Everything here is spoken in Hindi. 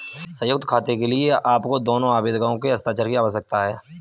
संयुक्त खाते के लिए आपको दोनों आवेदकों के हस्ताक्षर की आवश्यकता है